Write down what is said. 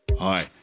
Hi